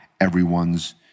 everyone's